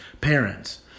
parents